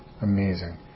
amazing